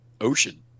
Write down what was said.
ocean